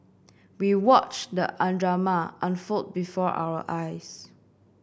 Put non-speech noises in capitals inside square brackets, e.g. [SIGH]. we watched the [UNINTELLIGIBLE] drama unfold before our eyes